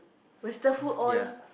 western food all